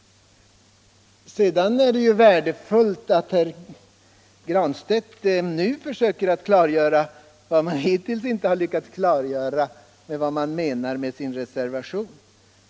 Det är värdefullt att herr Granstedt nu försöker klargöra vad han hittills inte har lyckats klargöra, nämligen vad centern menar med sin reservation.